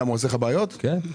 למה?